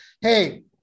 hey